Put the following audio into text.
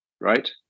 right